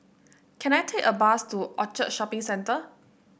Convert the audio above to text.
can I take a bus to Orchard Shopping Centre